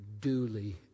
duly